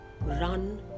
run